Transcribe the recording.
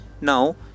Now